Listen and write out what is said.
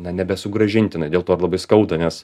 na nebesugrąžintina dėl to ir labai skauda nes